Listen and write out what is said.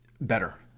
better